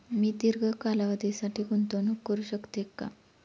मी दीर्घ कालावधीसाठी गुंतवणूक करू शकते का?